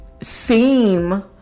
seem